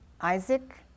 Isaac